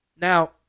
Now